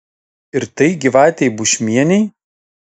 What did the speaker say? ir tai gyvatei bušmienei